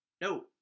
No